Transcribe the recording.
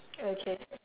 okay